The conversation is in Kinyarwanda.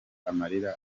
amarira